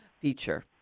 feature